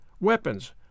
weapons